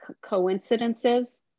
coincidences